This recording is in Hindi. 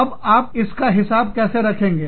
अब आप इसका लेखा हिसाब कैसे करेंगे